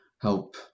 help